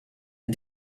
and